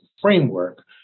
framework